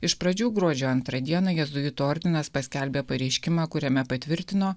iš pradžių gruodžio antrą dieną jėzuitų ordinas paskelbė pareiškimą kuriame patvirtino